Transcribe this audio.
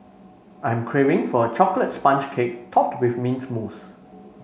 I'm craving for a chocolate sponge cake topped with mint mousse